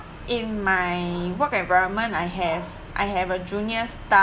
in my work environment I have I have a junior staff